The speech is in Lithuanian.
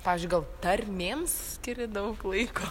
pavyzdžiui gal tarmėms skiri daug laiko